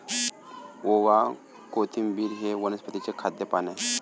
ओवा, कोथिंबिर हे वनस्पतीचे खाद्य पान आहे